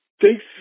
thanks